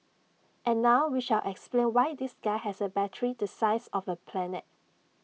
and now we shall explain why this guy has A battery the size of A planet